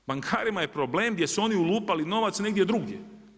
Bankarima je problem gdje su oni ulupali novac negdje drugdje.